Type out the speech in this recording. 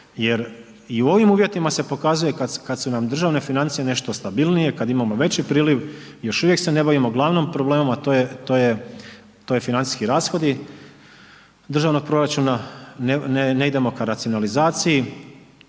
jer i u ovim uvjetima se pokazuje kada su nam državne financije nešto stabilnije kada imamo veći priliv još uvijek se ne bavimo glavnim problemom a to je financijski rashodi državnog proračuna, ne idemo ka racionalizaciji